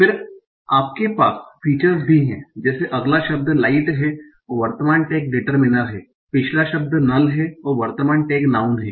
फिर आपके पास फीचर्स भी है जैसे अगला शब्द लाइट है वर्तमान टैग डिटरमिनर है पिछला शब्द नल है और वर्तमान टैग नाऊन है